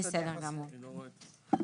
בסדר גמור.